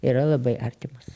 yra labai artimos